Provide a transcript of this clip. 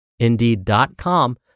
Indeed.com